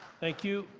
thank you.